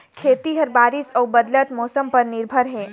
खेती ह बारिश अऊ बदलत मौसम पर निर्भर हे